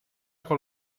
con